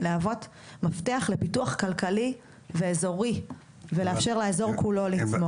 על מנת להוות מפתח לפיתוח כלכלי ואזורי ולאפשר לאזור כולו לצמוח.